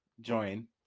join